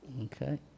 okay